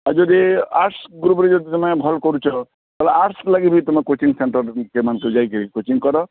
ଆଉ ଯଦି ଆର୍ଟସ୍ ଗ୍ରୁପରେ ଯଦି ଭଲ କରୁଛ ତାହାଲେ ଆର୍ଟସ୍ ଲାଗି ବି ତୁମେ କୋଚିଂ ସେଣ୍ଟର୍ ଯେମନ୍ତ ଯାଇକରି କୋଚିଂ କର